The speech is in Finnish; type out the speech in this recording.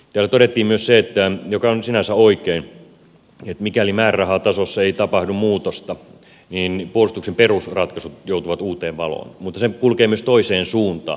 täällä todettiin myös se mikä on sinänsä oikein että mikäli määrärahatasossa ei tapahdu muutosta niin puolustuksen perusratkaisut joutuvat uuteen valoon mutta se kulkee myös toiseen suuntaan